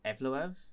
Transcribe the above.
Evloev